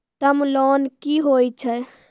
Term loan कि होय छै?